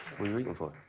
reading for?